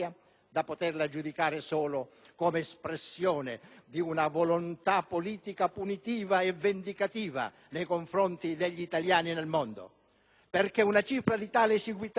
da poterla giudicare solo come espressione di una volontà politica punitiva e vendicativa nei confronti degli italiani nel mondo. Una cifra di tale esiguità